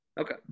Okay